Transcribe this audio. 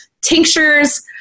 tinctures